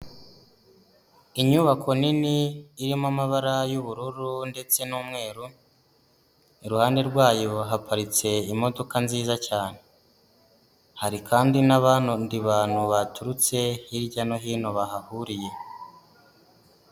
Inyubako nini irimo amabara y'ubururu ndetse n'umweru, iruhande rwayo haparitse imodoka nziza cyane, hari kandi n'abandi bantu baturutse hirya no hino bahahuriye.